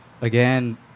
Again